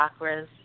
chakras